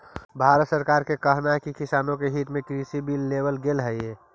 भारत सरकार का कहना है कि किसानों के हित में कृषि बिल लेवल गेलई हे